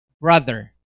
brother